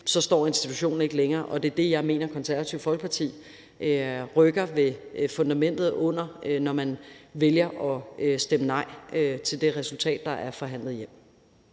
står institutionen ikke længere, og det er fundamentet under det, jeg mener Det Konservative Folketinget rykker ved, når man vælger at stemme nej til det resultat, der er forhandlet hjem.